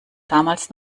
damals